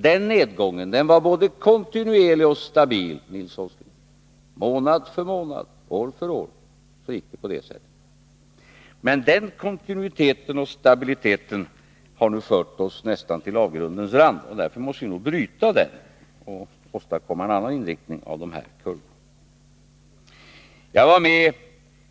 Den nedgången har varit både kontinuerlig och stabil, Nils Åsling — månad för månad, år för år. Men den kontinuiteten och stabiliteten har nu fört oss nästan till avgrundens rand, och därför måste vi nog bryta den och åstadkomma en annan inriktning av de här kurvorna. Jag var med